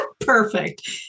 Perfect